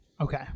Okay